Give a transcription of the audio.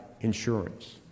insurance